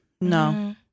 No